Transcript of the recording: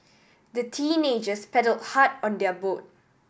the teenagers paddled hard on their boat